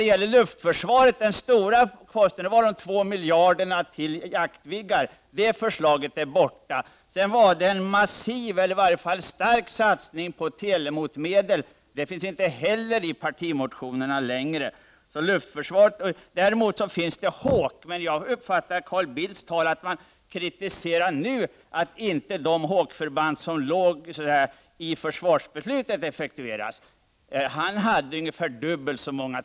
Beträffande luftförsvaret, den stora posten, handlade det om de två miljarderna till jaktviggar. Det förslaget är borta. Sedan handlade det om en stor satsning på telemotmedel. Det finns inte heller med i partimotionerna längre. Däremot finns det Hawk. Men jag uppfattade Carl Bildts tal på ett sådant sätt att moderaterna nu kritiserar att de Hawkförband som fanns med i försvarsbeslutet inte effektuerades. Han ville ha ungefär dubbelt så många.